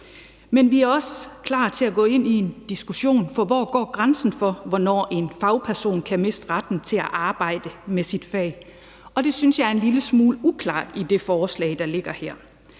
Men vi er også klar til at gå ind i en diskussion, for hvor går grænsen for, hvornår en fagperson kan miste retten til at arbejde med sit fag? Og det synes jeg er en lille smule uklart i det forslag, der ligger her.